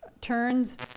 turns